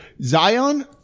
Zion